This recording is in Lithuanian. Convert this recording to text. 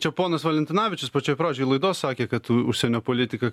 čia ponas valentinavičius pačioj pradžioj laidos sakė kad užsienio politika